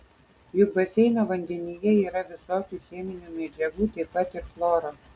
juk baseino vandenyje yra visokių cheminių medžiagų taip pat ir chloro